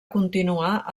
continuar